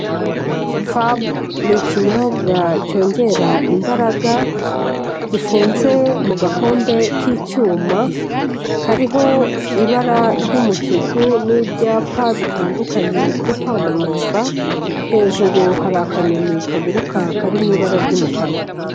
FAB ni ikinyobwa cyongera imbaraga, gifunze mu gakombe k'icyuma, kariho ibara ry'umutuku n'ibyapa bitandukanye byo kwamamaza, hejuru hari akanyoni kaguruka kari mu ibara ry'umukara.